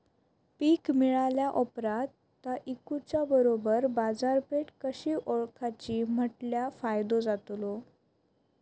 पीक मिळाल्या ऑप्रात ता इकुच्या बरोबर बाजारपेठ कशी ओळखाची म्हटल्या फायदो जातलो?